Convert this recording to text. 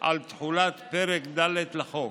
על תחולת פרק ד' לחוק.